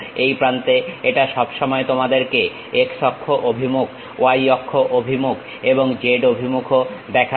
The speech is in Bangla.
এই প্রান্তে এটা সবসময় তোমাদেরকে x অক্ষ অভিমুখ y অক্ষ অভিমুখ এবং z অভিমুখও দেখাবে